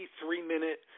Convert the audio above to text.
three-minute